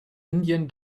indian